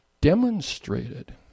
demonstrated